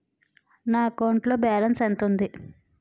నా అకౌంట్ లో బాలన్స్ ఎంత ఉంది?